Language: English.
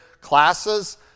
classes